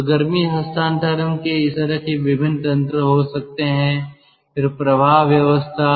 तो गर्मी हस्तांतरण के इस तरह के विभिन्न तंत्र हो सकते हैं फिर प्रवाह व्यवस्था